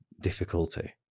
difficulty